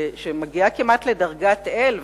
שמגיעה כמעט לדרגת אל,